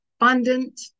abundant